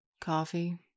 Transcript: coffee